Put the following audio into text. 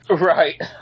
Right